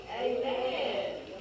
Amen